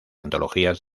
antologías